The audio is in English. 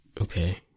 okay